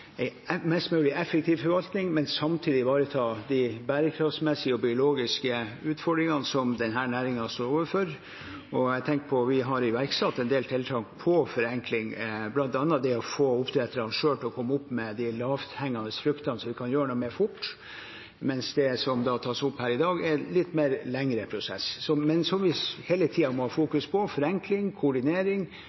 mest mulig effektiv forvaltning, men samtidig ivareta de bærekraftsmessige og biologiske utfordringene som denne næringen står overfor. Vi har iverksatt en del tiltak for forenkling, bl.a. det å få oppdretterne selv til å komme opp med de lavthengende fruktene vi kan gjøre noe med fort, mens det som tas opp her i dag, er en litt lengre prosess. Men vi må hele tiden fokusere på forenkling, koordinering,